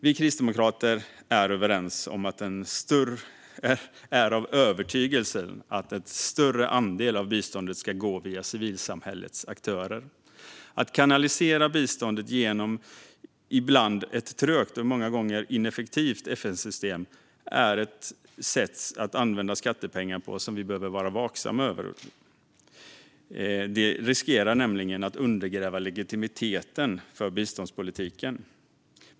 Vi kristdemokrater är av övertygelsen att en större andel av biståndet ska gå via civilsamhällets aktörer. Att kanalisera biståndet genom ett ibland trögt och många gånger ineffektivt FN-system är ett sätt att använda skattepengar som vi behöver vara vaksamma på. Det riskerar nämligen att undergräva legitimiteten för biståndspolitiken.